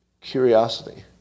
Curiosity